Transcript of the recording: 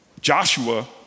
Joshua